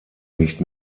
nicht